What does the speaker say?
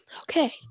Okay